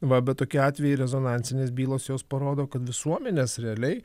va bet tokiu atveju rezonansinės bylos jos parodo kad visuomenės realiai